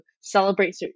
celebrate